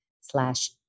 slash